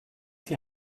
die